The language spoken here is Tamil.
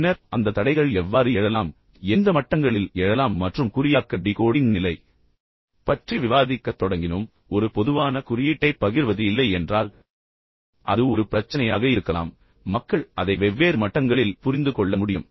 பின்னர் அந்த தடைகள் எவ்வாறு எழலாம் எந்த மட்டங்களில் எழலாம் மற்றும் குறியாக்க டிகோடிங் நிலை பற்றி விவாதிக்கத் தொடங்கினோம் ஒரு பொதுவான குறியீட்டைப் பகிர்வது இல்லை என்றால் அது ஒரு பிரச்சனையாக இருக்கலாம் மக்கள் அதை வெவ்வேறு மட்டங்களில் புரிந்து கொள்ள முடியும்